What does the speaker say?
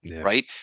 right